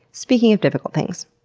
speaking of difficult things,